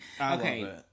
Okay